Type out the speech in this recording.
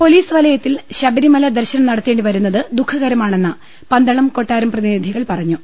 police വലയത്തിൽ ശബരിമല ദർശനം നട ത്തേണ്ടി വരുന്നത് ദുഃഖകരമാണെന്ന് പന്തളം കൊട്ടാരം പ്രതിനിധികൾ പറഞ്ഞു